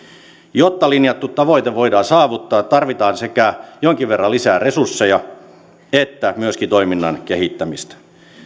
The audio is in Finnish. jotta linjattu tavoite voidaan saavuttaa tarvitaan sekä jonkin verran lisää resursseja että myöskin toiminnan kehittämistä